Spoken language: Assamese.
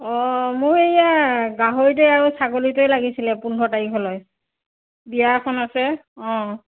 অঁ মোৰ এয়া গাহৰিটোৱে আৰু ছাগলীটোৱে লাগিছিলে পোন্ধৰ তাৰিখলৈ বিয়া এখন আছে অঁ